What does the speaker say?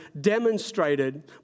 demonstrated